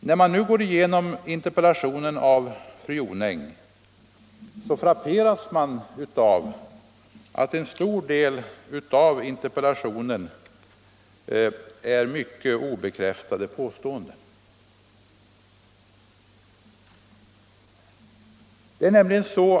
När jag nu går igenom fru Jonängs interpellation frapperas jag av att en stor del av den består av obekräftade påståenden.